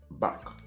back